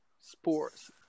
sports